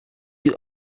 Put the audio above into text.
you